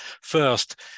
first